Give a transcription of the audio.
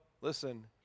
listen